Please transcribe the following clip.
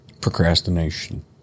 procrastination